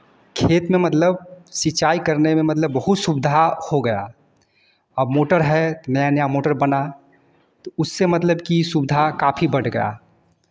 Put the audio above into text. खेत में मतलब सिंचाई करने में मतलब बहुत सुविधा हो गया खेत अब मोटर है नया नया मोटर बना तो उससे मतलब की सुविधा काफी बढ़ गया